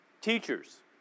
teachers